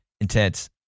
intense